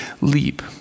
leap